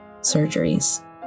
surgeries